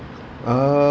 err